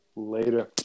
later